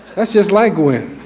that's just like gwyn.